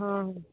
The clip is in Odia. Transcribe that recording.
ହଁ